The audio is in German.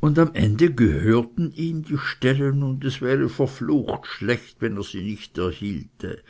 und am ende gehörten ihm die stellen und es wäre verflucht schlecht wenn er sie nicht erhielte